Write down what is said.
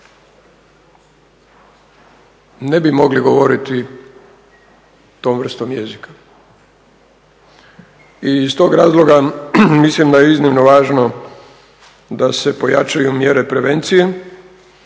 ne bi mogli govoriti tom vrstom jezikom. I iz tog razloga mislim da je iznimno važno da se pojačaju mjere prevencije